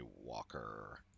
Walker